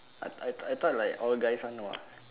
I I I thought like all guys one no ah